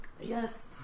Yes